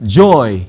joy